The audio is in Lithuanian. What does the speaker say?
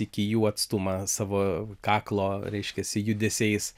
iki jų atstumą savo kaklo reiškiasi judesiais